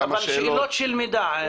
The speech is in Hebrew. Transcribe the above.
אבל שאלות של מידה.